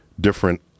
different